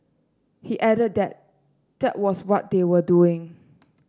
he added that that was what they were doing